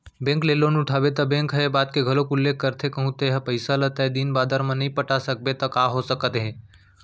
bank ले loan उठाबे त बेंक ह ए बात के घलोक उल्लेख करथे के कहूँ तेंहा पइसा ल तय दिन बादर म नइ पटा सकबे त का हो सकत हे